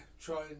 try